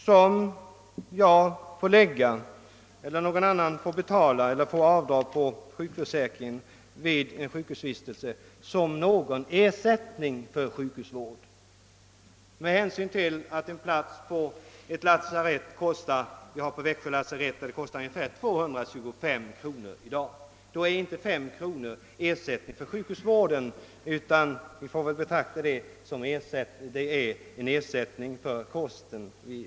som jag själv eller någon annan skall betala eller får avdragna på sjukpenningen vid en sjukhusvistelse som någon ersättning för sjukhusvården. Med hänsyn till att en plats på t.ex. Växjö lasarett i dag kostar ungefär 225 kr. bör dessa 5 kr. snarare betraktas som en ersättning för den kost patienten får.